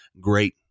great